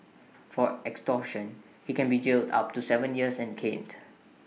for extortion he can be jailed up to Seven years and caned